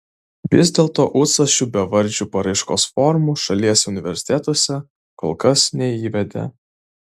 vis dėlto ucas šių bevardžių paraiškos formų šalies universitetuose kol kas neįvedė